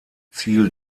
ziel